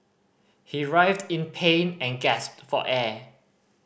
he writhed in pain and gasped for air